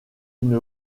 une